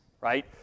right